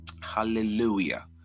Hallelujah